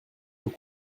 nos